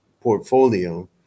portfolio